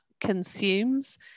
consumes